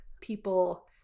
people